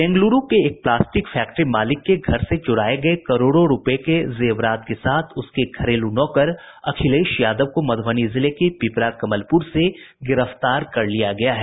बेंगलुरू के एक plastic factory मालिक के घर से चुराये गये करोड़ों रूपये के जेवरात के साथ उसके घरेलू नौकर अखिलेश यादव को मधुबनी जिले के पिपरा कमलपुर से गिरफ्तार कर लिया गया है